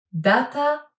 Data